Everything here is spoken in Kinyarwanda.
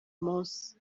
munsi